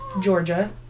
Georgia